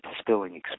spilling